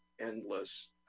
endless